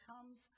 comes